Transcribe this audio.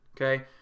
okay